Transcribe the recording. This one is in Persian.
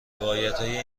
روایتهای